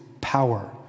power